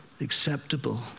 acceptable